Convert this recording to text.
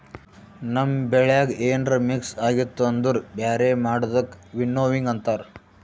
ನಮ್ ಬೆಳ್ಯಾಗ ಏನ್ರ ಮಿಕ್ಸ್ ಆಗಿತ್ತು ಅಂದುರ್ ಬ್ಯಾರೆ ಮಾಡದಕ್ ವಿನ್ನೋವಿಂಗ್ ಅಂತಾರ್